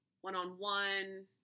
one-on-one